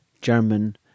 German